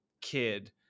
kid